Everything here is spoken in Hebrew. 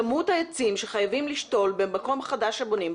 כמות העצים שחייבים לשתול במקום חדש שבונים,